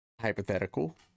hypothetical